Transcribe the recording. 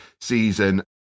season